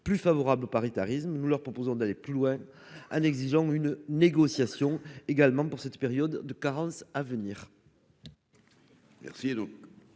plus favorable au paritarisme, nous leur proposons d'aller plus loin, en exigeant une négociation également pour cette période de carence à venir.